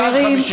אחרי,